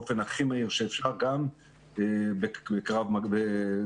באופן הכי מהיר שאפשר גם בקרב מגע.